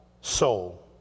soul